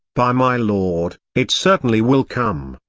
by my lord, it certainly will come!